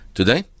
Today